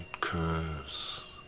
curves